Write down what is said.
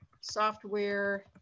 software